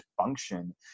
function